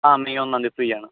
ആ മെയ് ഒന്നാം തീയതി ഫ്രീ ആണ്